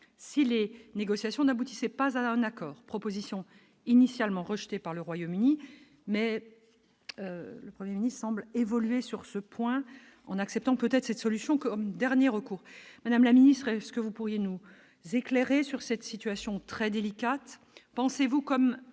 si les négociations n'aboutissaient pas à un accord, proposition initialement rejetée par le Royaume-Uni mais le 1er ministre semble évoluer sur ce point en acceptant peut-être cette solution comme dernier recours, madame la ministre est-ce que vous pourriez nous éclairer sur cette situation très délicate :